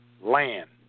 land